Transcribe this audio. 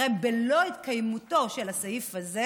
הרי בלא התקיימותו של הסעיף הזה,